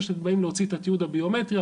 איפה שבאים להוציא את התיעוד הביומטרי,